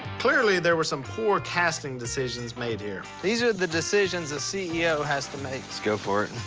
clearly there was some poor casting decisions made here. these are the decisions a ceo has to make. let's go for it.